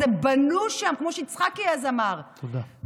בנו שם, כמו שיצחקי אז אמר, תודה.